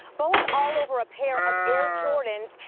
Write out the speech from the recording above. both all over a pair of air jordans.